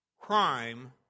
crime